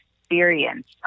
experience